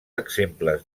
exemples